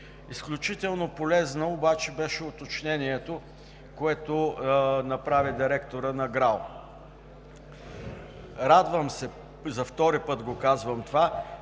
Изключително полезно обаче беше уточнението, което направи директорът на ГРАО. Радвам се, за втори път казвам това,